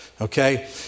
Okay